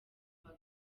kwa